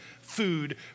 food